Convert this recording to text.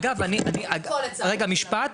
אגב, רגע, משפט,